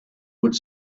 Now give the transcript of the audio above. would